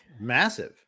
Massive